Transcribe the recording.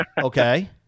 okay